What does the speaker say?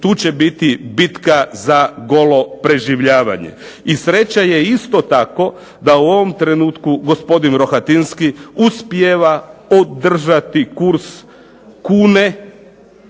tu će biti bitka za golo preživljavanje. I sreća je isto tako da u ovom trenutku gospodin Rohatinski uspijeva održati kurs kune